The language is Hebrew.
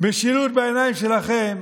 משילות בעיניים שלכם